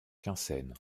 quinssaines